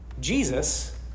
Jesus